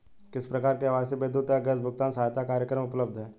किस प्रकार के आवासीय विद्युत या गैस भुगतान सहायता कार्यक्रम उपलब्ध हैं?